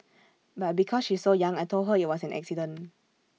but because she's so young I Told her IT was an accident